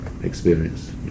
Experience